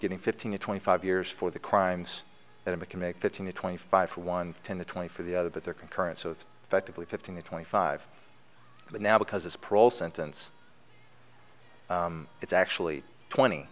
getting fifteen to twenty five years for the crimes and i'm a can make fifteen to twenty five for ones ten to twenty for the other but they're concurrent so it's effectively fifteen to twenty five but now because it's pro sentence it's actually twenty